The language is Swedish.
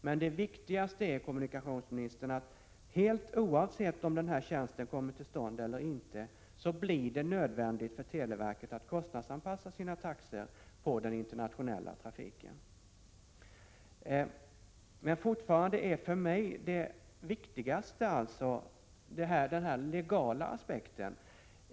Men, kommunikationsministern, helt oavsett om tjänsten kommer till stånd eller inte så blir det nödvändigt för televerket att kostnadsanpassa sina taxor för den internationella trafiken. Fortfarande är det för mig viktigaste den legala aspekten.